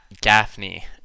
Gaffney